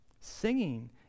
Singing